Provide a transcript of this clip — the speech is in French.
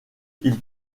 ils